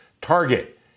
target